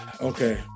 Okay